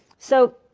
so,